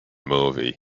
movie